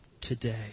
today